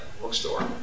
bookstore